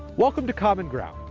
welcome to common ground.